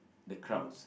the crowds